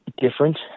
different